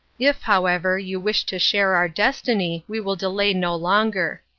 if, however, you wish to share our destiny we will delay no longer.